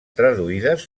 traduïdes